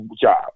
job